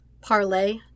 Parlay